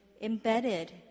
embedded